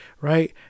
right